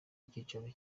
icyicaro